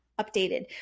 updated